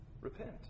Repent